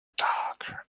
dark